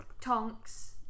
Tonks